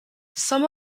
some